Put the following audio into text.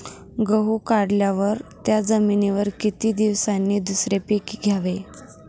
गहू काढल्यावर त्या जमिनीवर किती दिवसांनी दुसरे पीक घ्यावे?